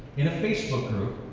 in a facebook group,